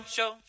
Show